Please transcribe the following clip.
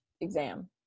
exam